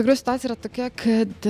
iš tikrųjų situacija tokia kad